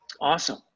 Awesome